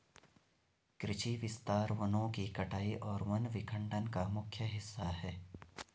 कृषि विस्तार वनों की कटाई और वन विखंडन का मुख्य हिस्सा है